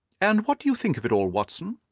and what do you think of it all, watson?